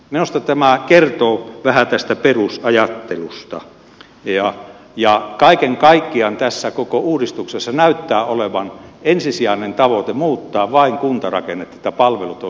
minusta tämä kertoo vähän tästä perusajattelusta ja kaiken kaikkiaan tässä koko uudistuksessa näyttää olevan ensisijainen tavoite muuttaa vain kuntarakennetta palvelut ovat sivuosassa